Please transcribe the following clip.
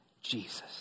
Jesus